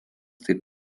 taip